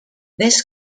this